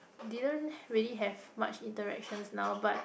didn't really have much interactions now but